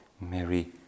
mary